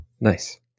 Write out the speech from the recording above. Nice